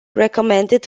recommended